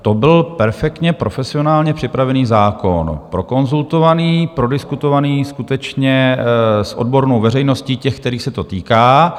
To byl perfektně profesionálně připravený zákon, prokonzultovaný, prodiskutovaný skutečně s odbornou veřejností, těmi, kterých se to týká.